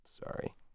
Sorry